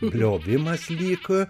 bliovimas lyg